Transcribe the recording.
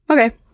Okay